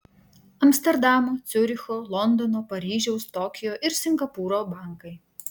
amsterdamo ciuricho londono paryžiaus tokijo ir singapūro bankai